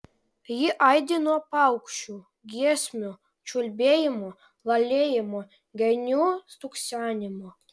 ji aidi nuo paukščių giesmių čiulbėjimo lalėjimo genių stuksenimo